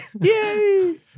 Yay